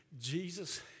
Jesus